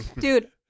Dude